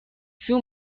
few